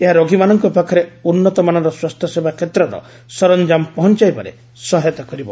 ଏହା ରୋଗୀମାନଙ୍କ ପାଖରେ ଉନ୍ନତମାନର ସ୍ୱାସ୍ଥ୍ୟସେବା କ୍ଷେତ୍ରର ସରଞ୍ଜାମ ପହଞ୍ଚାଇବାରେ ସହାୟତା କରିବ